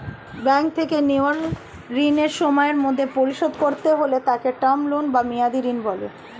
bank থেকে নেওয়া ঋণ সময়ের মধ্যে পরিশোধ করতে হলে তাকে টার্ম লোন বা মেয়াদী ঋণ বলে